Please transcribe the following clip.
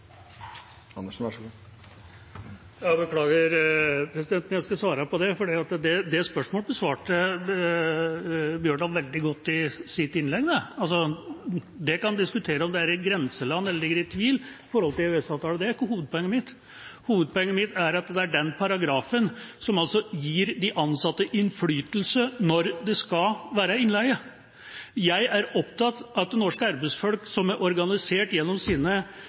Jeg skal svare på det. Det spørsmålet besvarte Holen Bjørdal veldig godt i sitt innlegg. Det kan diskuteres om det er i grenseland eller gir tvil med hensyn til EØS-avtalen, men det er ikke hovedpoenget mitt. Hovedpoenget mitt er at det er den paragrafen som altså gir de ansatte innflytelse når det skal være innleie. Jeg er opptatt av at norske arbeidsfolk som er organisert i sine